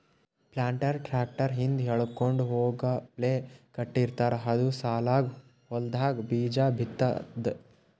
planter tractor ಹಿಂದ್ ಎಳ್ಕೊಂಡ್ ಹೋಗಪ್ಲೆ ಕಟ್ಟಿರ್ತಾರ್ ಅದು ಸಾಲಾಗ್ ಹೊಲ್ದಾಗ್ ಬೀಜಾ ಬಿತ್ತದ್